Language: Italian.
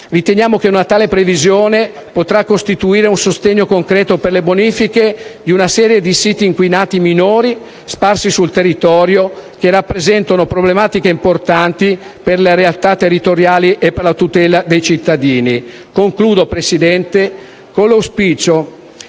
Riteniamo che una tale previsione potrà costituire un sostegno concreto per le bonifiche di una serie di siti inquinati minori sparsi sul territorio che rappresentano problematiche importanti per le realtà territoriali e per la tutela della salute dei cittadini. Concludo, signor Presidente, con l'auspicio